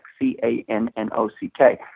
C-A-N-N-O-C-K